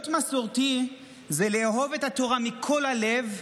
להיות מסורתי זה לאהוב את התורה מכל הלב,